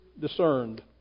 discerned